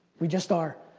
we just are.